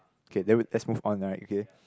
okay then we let's move on right okay